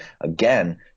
again